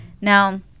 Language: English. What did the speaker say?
Now